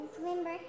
remember